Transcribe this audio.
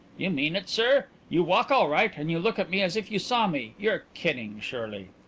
you mean it, sir? you walk all right and you look at me as if you saw me. you're kidding surely.